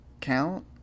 count